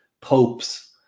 popes